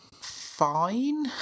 fine